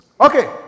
Okay